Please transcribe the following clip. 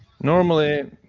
Normally